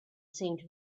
seemed